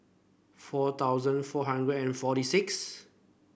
four thousand four hundred and forty six